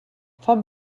fan